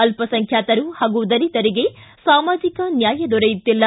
ಅಲ್ಪಸಂಖ್ಯಾತರು ಹಾಗೂ ದಲಿತರಿಗೆ ಸಾಮಾಜಿಕ ನ್ಯಾಯ ದೊರೆಯುತ್ತಿಲ್ಲ